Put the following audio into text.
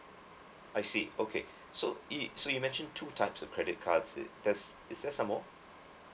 I see okay so it so you mentioned two types of credit cards it that's is there some more